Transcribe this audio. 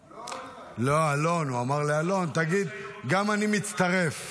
הוא אמר לאלון: תגיד: גם אני מצטרף.